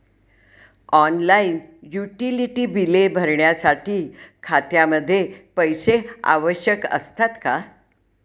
Online utility बिले भरण्यासाठी खात्यामध्ये पैसे आवश्यक असतात का?